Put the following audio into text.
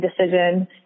decision